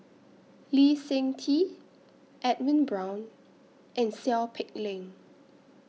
Lee Seng Tee Edwin Brown and Seow Peck Leng